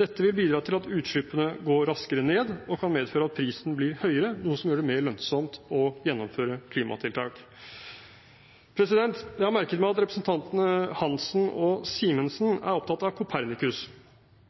Dette vil bidra til at utslippene går raskere ned og kan medføre at prisen blir høyere, noe som gjør det mer lønnsomt å gjennomføre klimatiltak. Jeg merket meg at representantene Hansen og Simensen er opptatt av